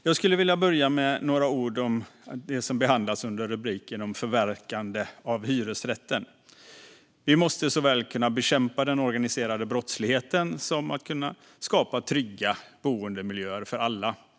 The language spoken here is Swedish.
Jag skulle vilja börja med några ord om det som behandlas under rubriken Förverkande av hyresrätten. Vi måste såväl bekämpa den organiserade brottsligheten som skapa trygga boendemiljöer för alla.